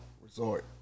resort